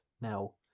now